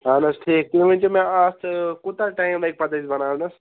اَہَن حظ ٹھیٖک تُہۍ ؤنۍتو مےٚ اَتھ کوٗتاہ ٹایم لگہِ پَتہٕ اَسہِ بَناونَس